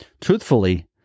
truthfully